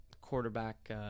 quarterback